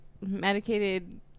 medicated